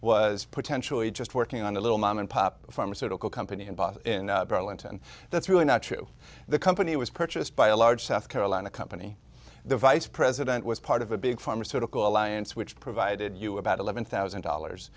was potentially just working on a little mom and pop pharmaceutical company and bought in burlington that's really not true the company was purchased by a large south carolina company the vice president was part of a big pharmaceutical alliance which provided you about eleven thousand dollars